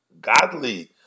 godly